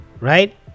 right